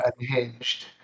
unhinged